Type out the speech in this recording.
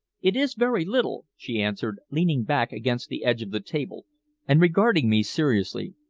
it is very little, she answered, leaning back against the edge of the table and regarding me seriously.